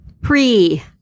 Pre